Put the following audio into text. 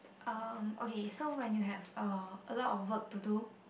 um okay so when you have uh a lot of work to do